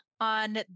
on